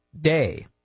day